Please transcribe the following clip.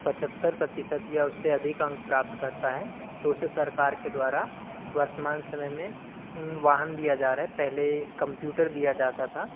पचहत्तर प्रतिशत या उससे अधिक अंक प्राप्त करता है तो उसे सरकार के द्वारा वर्तमान समय में वाहन दिया जा रहा पहले कम्प्यूटर दिया जाता था